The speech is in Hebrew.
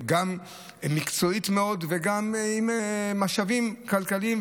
גם מקצועית מאוד וגם עם משאבים כלכליים,